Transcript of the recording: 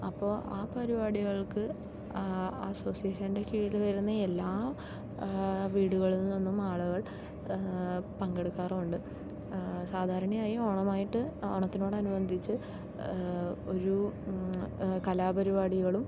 അപ്പോൾ ആ പരിപാടികൾക്ക് അസോസിയേഷൻ്റെ കീഴിൽ വരുന്ന എല്ലാ വീടുകളിൽ നിന്നും ആളുകൾ പങ്കെടുക്കാറുമുണ്ട് സാധാരണയായി ഓണമായിട്ട് ഓണത്തിനോട് അനുബന്ധിച്ച് ഒരു കലാപരിപാടികളും